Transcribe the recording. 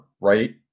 right